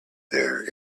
their